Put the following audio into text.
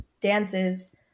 dances